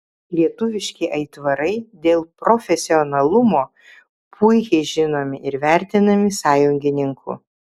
lietuviški aitvarai dėl profesionalumo puikiai žinomi ir vertinami sąjungininkų